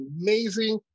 amazing